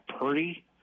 Purdy